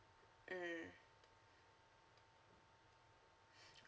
mm